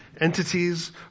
Entities